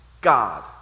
God